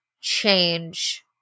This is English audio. change